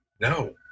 No